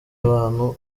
abantu